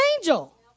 angel